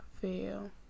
feel